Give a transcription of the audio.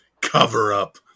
Cover-up